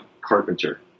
carpenter